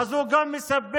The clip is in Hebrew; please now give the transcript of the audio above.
אז הוא גם מספק